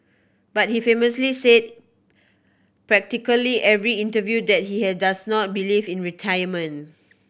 but he famously says practically every interview that he had does not believe in retirement